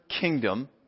kingdom